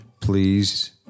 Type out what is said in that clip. Please